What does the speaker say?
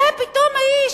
זה פתאום האיש,